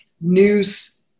news